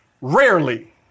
Rarely